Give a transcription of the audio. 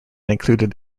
included